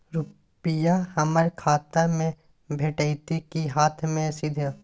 रुपिया हमर खाता में भेटतै कि हाँथ मे सीधे?